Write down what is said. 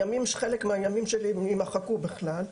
חלק מהימים שלי יימחקו בכלל.